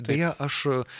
beje aš